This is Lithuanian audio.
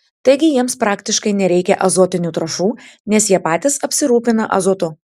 taigi jiems praktiškai nereikia azotinių trąšų nes jie patys apsirūpina azotu